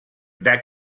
that